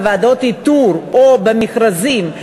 בוועדות איתור או במכרזים,